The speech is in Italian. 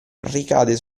ricade